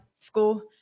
school